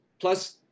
plus